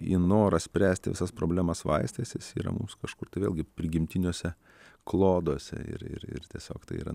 į norą spręsti visas problemas vaistais jis yra mūsų kažkur tai vėlgi prigimtiniuose kloduose ir ir ir tiesiog tai yra